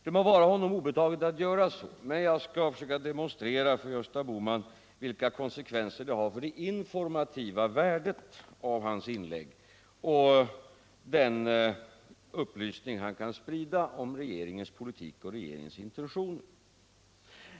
Det må vara honom obetaget att göra det, men jag skall försöka demonstrera för Gösta Bohman vilka konsekvenser detta får för det informativa värdet av hans inlägg och den upplysning han kan sprida om regeringens politik och intentioner.